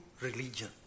religion